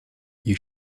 you